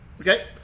Okay